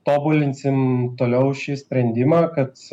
tobulinsim toliau šį sprendimą kad